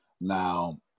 now